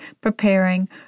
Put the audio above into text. preparing